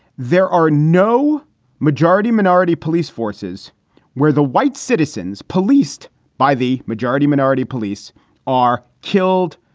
there are no majority minority police forces where the white citizens policed by the majority minority police are killed,